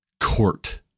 court